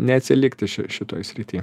neatsilikti šitoj srity